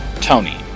Tony